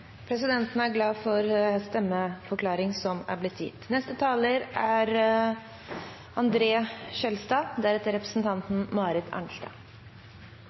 Presidenten er glad for stemmeforklaringen som er